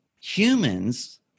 humans